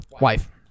Wife